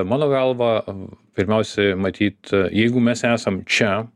mano galva pirmiausia matyt jeigu mes esam čia